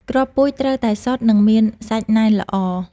គ្រាប់ពូជត្រូវតែសុទ្ធ និងមានសាច់ណែនល្អ។